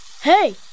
Hey